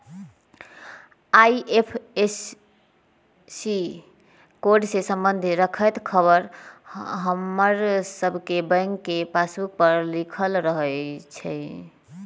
IFSC code से संबंध रखैत ख़बर हमर सभके बैंक के पासबुक पर लिखल रहै छइ